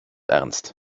ernst